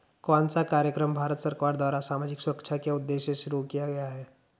कौन सा कार्यक्रम भारत सरकार द्वारा सामाजिक सुरक्षा के उद्देश्य से शुरू किया गया है?